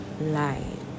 life